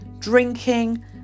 Drinking